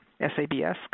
SABS